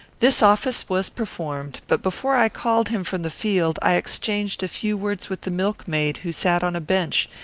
this office was performed but before i called him from the field i exchanged a few words with the milkmaid, who sat on a bench,